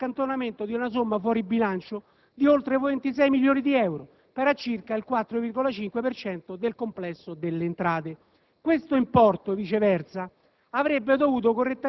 Operando nel modo proposto, inoltre, si produce l'accantonamento di una somma «fuori bilancio» di oltre 26 milioni di euro, pari a circa il 4,5 per cento del complesso delle entrate.